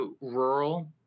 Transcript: rural